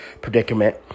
Predicament